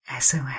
SOS